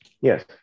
yes